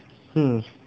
hmm